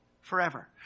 forever